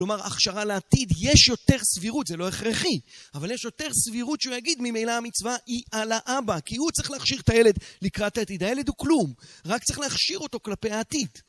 כלומר, הכשרה לעתיד, יש יותר סבירות, זה לא הכרחי, אבל יש יותר סבירות שהוא יגיד, ממילא המצווה, היא על האבא, כי הוא צריך להכשיר את הילד לקראת העתיד, הילד הוא כלום. רק צריך להכשיר אותו כלפי העתיד.